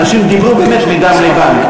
אנשים דיברו באמת מדם לבם,